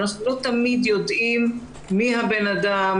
אנחנו לא תמיד יודעים מי האדם,